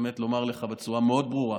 כדי לומר לך בצורה מאוד ברורה: